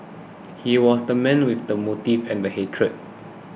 he was the man with the motive and hatred